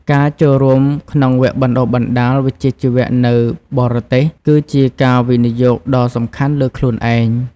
ការចូលរួមក្នុងវគ្គបណ្ដុះបណ្ដាលវិជ្ជាជីវៈនៅបរទេស គឺជាការវិនិយោគដ៏សំខាន់លើខ្លួនឯង។